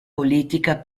politica